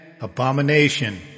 Abomination